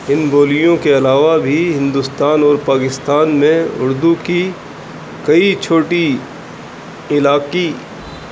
ان بولیوں کے علاوہ بھی ہندوستان اور پاکستان میں اردو کی کئی چھوٹی علاقائی